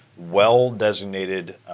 well-designated